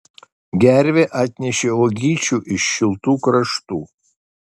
gervė atnešė uogyčių iš šiltų kraštų